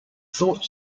thought